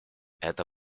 это